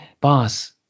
boss